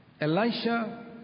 Elisha